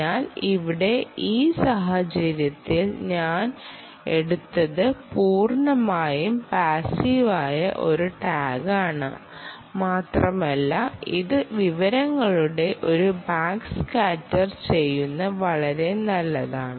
അതിനാൽ ഇവിടെ ഈ സാഹചര്യത്തിൽ ഞാൻ എടുത്തത് പൂർണ്ണമായും പാസീവായ ഒരു ടാഗാണ് മാത്രമല്ല ഇത് വിവരങ്ങളുടെ ഒരു ബാക്ക് സ്കാറ്റർ ചെയ്യുന്നു വളരെ നല്ലത്